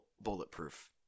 bulletproof